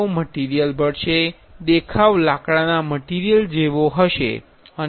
તેઓ મટીરિયલ ભરશે દેખાવ લાકડાના મટીરિયલ જેવો હશે